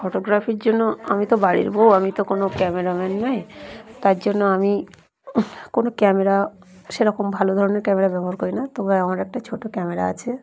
ফটোগ্রাফির জন্য আমি তো বাড়ির বউ আমি তো কোনো ক্যামেরাম্যান নই তার জন্য আমি কোনো ক্যামেরা সেরকম ভালো ধরনের ক্যামেরা ব্যবহার করি না তবে আমার একটা ছোটো ক্যামেরা আছে